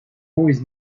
always